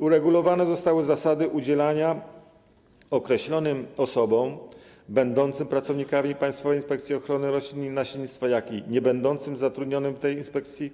Uregulowane zostały zasady udzielania określonym osobom będącym pracownikami Państwowej Inspekcji Ochrony Roślin i Nasiennictwa, jak również niebędącym zatrudnionym w tej inspekcji